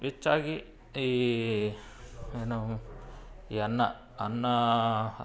ಹೆಚ್ಚಾಗಿ ಈ ಏನು ಈ ಅನ್ನ ಅನ್ನ